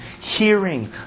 hearing